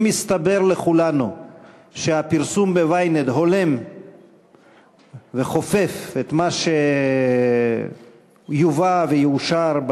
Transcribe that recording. אם יסתבר לכולנו שהפרסום ב-ynet הולם וחופף את מה שיובא ויאושר,